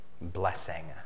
blessing